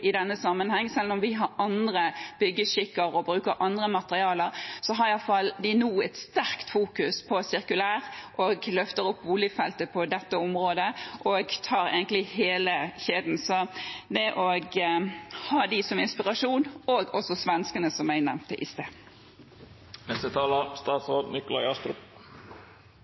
i denne sammenheng? Selv om vi har andre byggeskikker og bruker andre materialer, har de i alle fall nå et sterkt fokus på sirkulær og løfter opp boligfelt på dette området, og tar egentlig hele kjeden. Vi bør ha dem som inspirasjon, og også svenskene, som jeg nevnte i